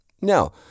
Now